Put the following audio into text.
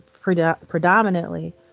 predominantly